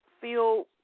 feel